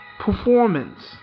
performance